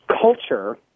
Culture